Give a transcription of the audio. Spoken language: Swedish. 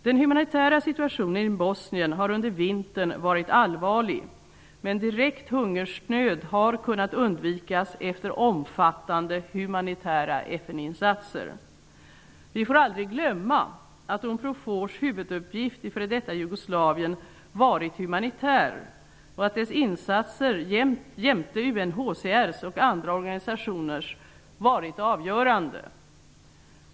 Den humanitära situationen i Bosnien har under vintern varit allvarlig, men direkt hungersnöd har kunnat undvikas efter omfattande humanitära FN insatser. Vi får aldrig glömma att Unprofors huvuduppgift i f.d. Jugoslavien varit humanitär och att dess insatser jämte UNHCR:s och andra organisationers varit avgörande.